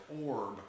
orb